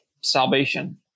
salvation